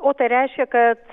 o tai reiškia kad